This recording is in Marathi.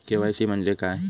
के.वाय.सी म्हणजे काय?